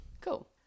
Cool